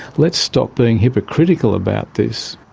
let's stop being hypocritical about this.